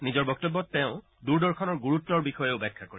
নিজৰ বক্তব্যত তেওঁ দূৰদৰ্শনৰ গুৰুত্বৰ বিষয়ে ব্যাখ্যা কৰে